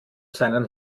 seinen